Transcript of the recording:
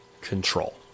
control